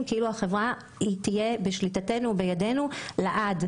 כאילו החברה תהיה בידנו לעד.